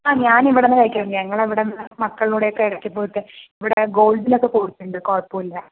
ആ ഞാൻ ഇവിടുന്ന് കഴിക്കാറുണ്ട് ഞങ്ങൾ അവിടുന്ന് മക്കളുടെ കൂടെയൊക്കെ ഇടക്ക് പോയിട്ട് ഇവിടെ ഗോൾഡിലൊക്കെ പോയിട്ടുണ്ട് കുഴപ്പമില്ല